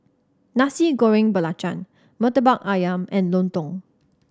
Nasi Goreng Belacan Murtabak Ayam and Lontong